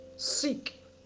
seek